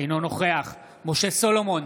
אינו נוכח משה סולומון,